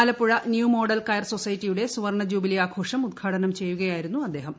Alappuzha new model കയർ സൊസൈറ്റിയുടെ സുവർണ്ണ ജൂബിലി ആഘോഷം ഉദ്ഘാടനം ചെയ്യുകയായിരുന്നു അദ്ദേഹം